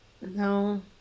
No